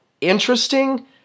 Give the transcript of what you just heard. interesting